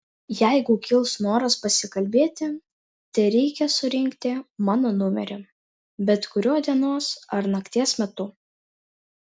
jeigu kils noras pasikalbėti tereikia surinkti mano numerį bet kuriuo dienos ar nakties metu